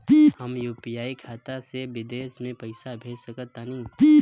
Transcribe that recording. हम यू.पी.आई खाता से विदेश म पइसा भेज सक तानि?